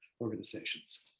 organizations